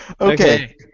Okay